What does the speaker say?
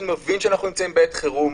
אני מבין שאנחנו נמצאים בעת חירום.